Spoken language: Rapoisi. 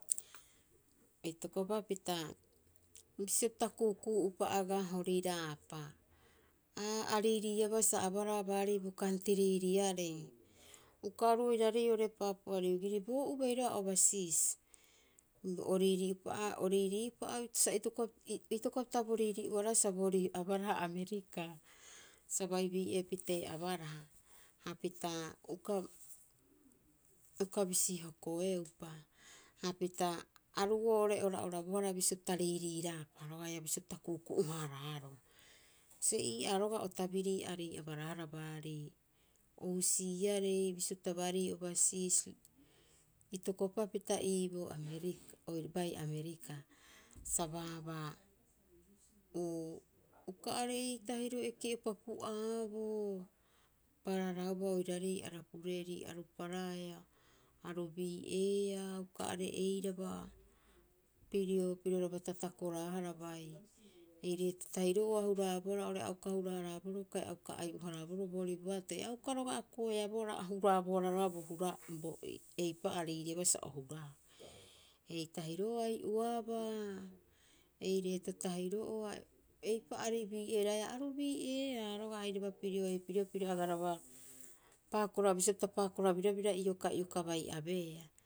Itokopapita bisio pita kuukuu'upa agaa horiiraapa, aa a riiriiabaa sa abaraha baarii bo kantriiriarei. Uka oru oiraarei oo'ore Paapua Niu Ginii, boo'ubai roga'a obasiisi, o riirii'upa agaa itokopapita bo riirii'ua roga'a sa boorii abaraha Abirikaa, sa bai bii'eepitee abaraha. Hapita uka, ukabisi hokoeupa, hapita aru boo'ore ora'orabohara bisio pita riiriiraapa, haia bisio pita kuuku'u- haaraaroo. Bisio ii'aa rogaa o tabirii aarei abaraahara baarii o husiiarei, bisio pita baarii obasiisi. Itokopapita iiboo Aberikaa bai Aberikaa, sa baabaa uu, uka are'ei tahiri eke'upa pu'aaboo, pararaauba oiraarei arapureeri. Aru paraea, aru bi'eeaa uka are'eiraba pirio piroraba tatakoraahara bai. Ei reeto tahiro'oo a huraabohara oo'ore a uka hara- haraaboroo kai a uka ai'o- haraaboroo oorii boatoi, auka rogaa koeabohara, a huraabohara rogaa eipa'oo a riiriiabaa sa o huraau. Ei tahiro'oo ai'oabaa, ei reeto tahiro'oo, eipaarei bii'eeraeaa aru bii'eeaa rogaa airaba pirio eipiri'oo piro agaraba pakora, bisio pita pakora birabira ioka, ioka bai abeea.